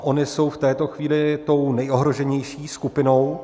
Ony jsou v této chvíli tou nejohroženější skupinou.